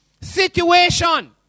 situation